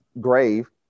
grave